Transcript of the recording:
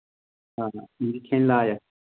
آ آ یِم چھِ کھیٚنۍ لایَک